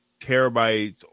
terabytes